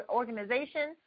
organization